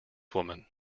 woman